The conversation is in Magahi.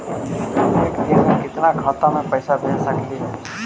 हम एक दिन में कितना खाता में पैसा भेज सक हिय?